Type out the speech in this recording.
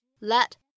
let